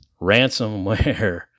ransomware